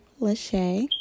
Lachey